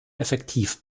effektiv